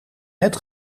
net